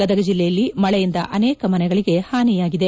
ಗದಗ ಜಿಲ್ಲೆಯಲ್ಲಿ ಮಳೆಯಿಂದ ಅನೇಕ ಮನೆಗಳಿಗೆ ಹಾನಿಯಾಗಿದೆ